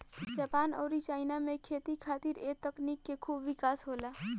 Japan अउरी China में खेती खातिर ए तकनीक से खूब विकास होला